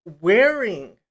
wearing